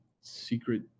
secret